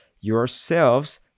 yourselves